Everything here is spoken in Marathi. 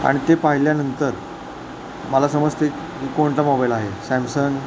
आणि ते पाहिल्यानंतर मला समजते कोणता मोबाईल आहे सॅमसंग